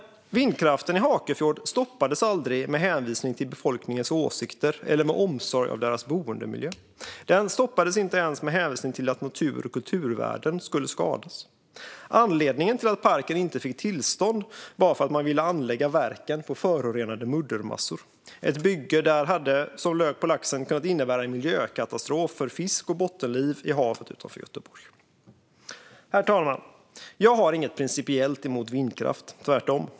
Vindkraften i Hakefjord stoppades dock aldrig med hänvisning till befolkningens åsikter eller av omsorg om deras boendemiljö. Den stoppades inte ens med hänvisning till att natur och kulturvärden skulle skadas. Anledningen till att parken inte fick tillstånd var att man ville anlägga verken på förorenade muddermassor. Ett bygge där hade, som lök på laxen, kunnat innebära en miljökatastrof för fisk och bottenliv i havet utanför Göteborg. Herr talman! Jag har inget principiellt emot vindkraft, tvärtom.